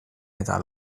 eta